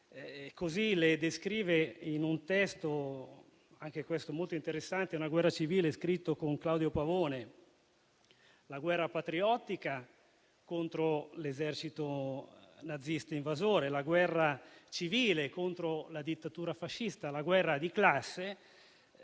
così le descrive nel testo, anche questo molto interessante, «Sulla guerra civile», scritto con Claudio Pavone - ossia la guerra patriottica contro l'esercito nazista invasore, la guerra civile contro la dittatura fascista, la guerra di classe